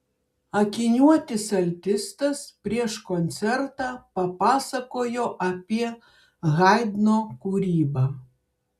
akiniuotis altistas prieš koncertą papasakojo apie haidno kūrybą